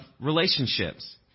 relationships